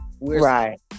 Right